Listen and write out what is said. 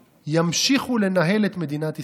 ימשיכו לנהל את מדינת ישראל.